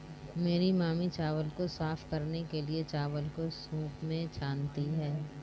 मेरी मामी चावल को साफ करने के लिए, चावल को सूंप में छानती हैं